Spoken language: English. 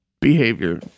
behavior